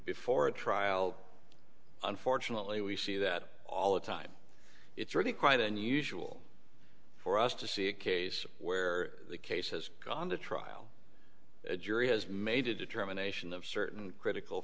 before a trial unfortunately we see that all the time it's really quite unusual for us to see a case where a case has gone to trial a jury has made a determination of certain critical